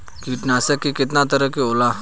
कीटनाशक केतना तरह के होला?